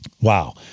Wow